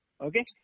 Okay